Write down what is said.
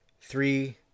Three